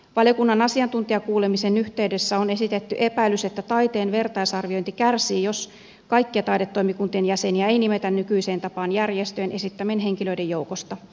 valiokunnan asiantuntijakuulemisen yhteydessä on esitetty epäilys että taiteen vertaisarviointi kärsii jos kaikkia taidetoimikuntien jäseniä ei nimetä nykyiseen tapaan järjestöjen esittämien henkilöiden joukosta